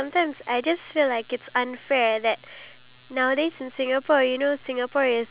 not even one storey high there's elevators for people with wheelchair